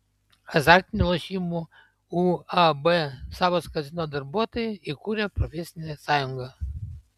azartinių lošimų uab savas kazino darbuotojai įkūrė profesinę sąjungą